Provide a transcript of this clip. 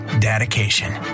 dedication